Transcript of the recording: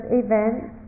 events